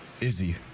Izzy